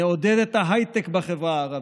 נעודד את ההייטק בחברה הערבית,